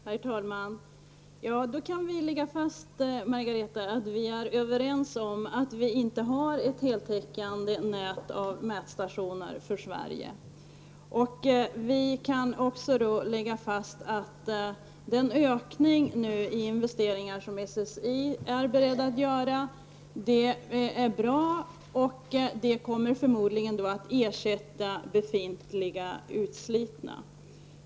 Herr talman! Då kan vi lägga fast, Margareta Winberg, att vi är överens om att vi inte har ett heltäckande nät av mätstationer för Sverige. Vi kan också lägga fast att den ökning av investeringar som SSI är berett att göra är bra. Man kommer förmodligen att ersätta befintliga utslitna stationer.